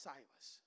Silas